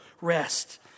rest